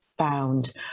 found